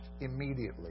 immediately